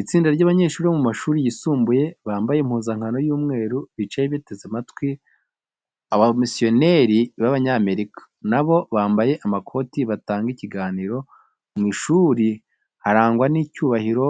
Itsinda ry’abanyeshuri bo mu mashuri yisumbuye bambaye impuzankano y’umweru bicaye biteze amatwi abamisiyoneri b’Abanyamerika, na bo bambaye amakoti, batanga ikiganiro. Mu ishuri harangwa n’icyubahiro